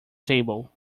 table